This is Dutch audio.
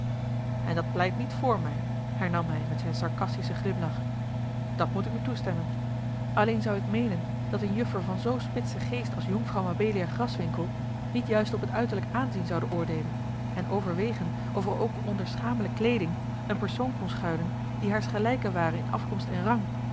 en dat pleit niet voor mij hernam hij met zijn sarcastischen glimlach dat moet ik u toestemmen alleen zou ik meenen dat een juffer van zoo spitsen geest als jonkvrouw mabelia graswinckel niet juist op het uiterlijk aanzien zoude oordeelen en overwegen of er ook onder schamele kleeding een persoon kon schuilen die haars gelijke ware in afkomst en rang